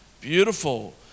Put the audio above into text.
beautiful